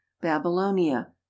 babylonia